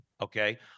okay